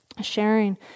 Sharing